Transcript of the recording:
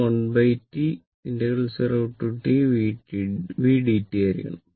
Vavg 1T 0Tvdt ആയിരിക്കണം